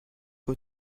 que